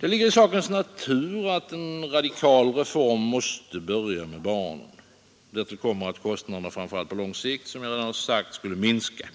Det ligger i sakens natur att en radikal reform måste börja med barnen. Därtill kommer att kostnaderna framför allt på lång sikt därigenom skulle minska.